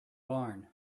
born